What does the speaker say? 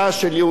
ישראלים,